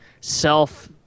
self